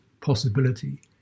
possibility